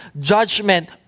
judgment